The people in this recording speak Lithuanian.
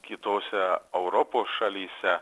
kitose europos šalyse